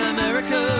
America